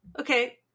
okay